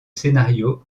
scénario